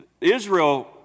Israel